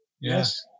Yes